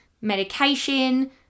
medication